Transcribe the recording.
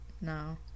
no